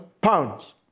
pounds